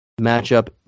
matchup